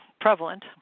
prevalent